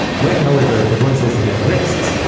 when, however, the voices have rests,